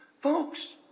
Folks